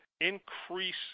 increase